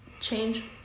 change